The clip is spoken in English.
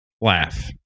laugh